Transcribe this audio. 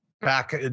back